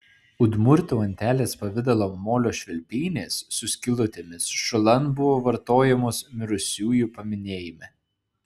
udmurtų antelės pavidalo molio švilpynės su skylutėmis šulan buvo vartojamos mirusiųjų paminėjime